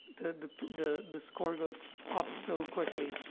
the the the the score goes up so quickly.